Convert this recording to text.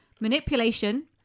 Manipulation